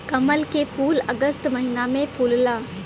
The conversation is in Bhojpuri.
कमल के फूल अगस्त महिना में फुलला